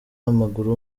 w’amaguru